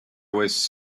was